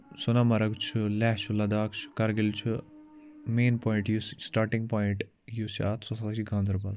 سونَہ مرٕگ چھُ لہ چھُ لداخ چھُ کرگِل چھُ مین پویِنٛٹ یُس سٹاٹِنٛگ پویِنٛٹ یُس چھُ اَتھ سُہ ہَسا چھُ گانٛدَربَل